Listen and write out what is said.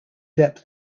depth